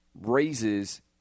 raises